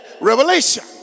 revelation